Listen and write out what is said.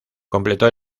completó